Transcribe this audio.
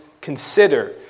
consider